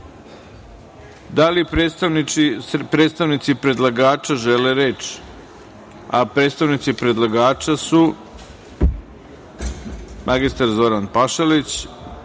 li predstavnici predlagača žele reč? Predstavnici predlagača su mr Zoran Pašalić,